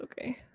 okay